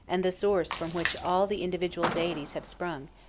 and the source from which all the individual deities have sprung,